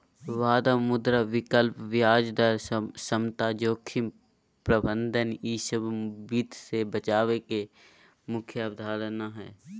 वायदा, मुद्रा विकल्प, ब्याज दर समता, जोखिम प्रबंधन ई सब वित्त मे बचाव के मुख्य अवधारणा हय